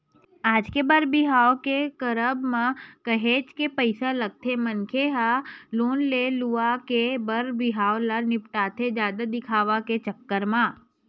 आज के बर बिहाव के करब म काहेच के पइसा लगथे मनखे मन ह लोन ले लुवा के बर बिहाव ल निपटाथे जादा दिखावा के चक्कर म